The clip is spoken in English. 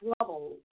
trouble